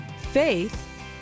Faith